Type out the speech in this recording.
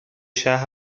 شهر